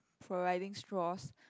providing straws